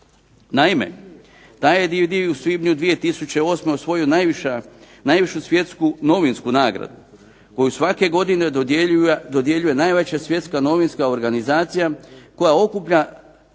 Naime, taj je DVD u svibnju 2008. osvojio najvišu svjetsku novinsku nagradu koju svake godine dodjeljuje najveća svjetska novinska organizacija koja okuplja